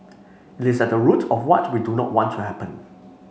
it is at the root of what we do not want to happen